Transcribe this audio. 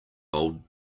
old